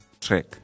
track